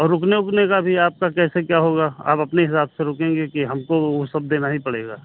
और रुकने उकने का भी आपका कैसे क्या होगा आप अपने हिसाब से रुकेंगे कि हमको उ सब देना ही पड़ेगा